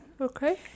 Okay